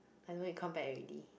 I don't need come back already